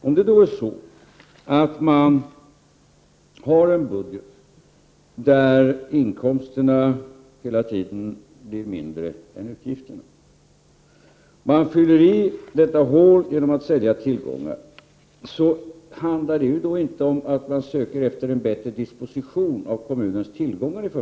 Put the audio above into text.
Om en kommun har en budget där inkomsterna hela tiden blir mindre än utgifterna och man fyller i detta hål genom att sälja tillgångar, handlar det inte i första hand om att söka efter en bättre disposition av kommunens tillgångar.